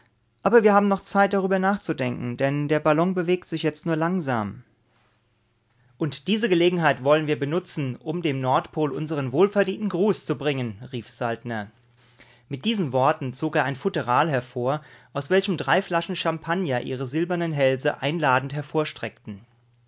aber wir haben noch zeit darüber nachzudenken denn der ballon bewegt sich jetzt nur langsam und diese gelegenheit wollen wir benutzen um dem nordpol unsern wohlverdienten gruß zu bringen rief saltner mit diesen worten zog er ein futteral hervor aus welchem drei flaschen champagner ihre silbernen hälse einladend